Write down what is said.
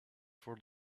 for